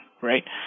right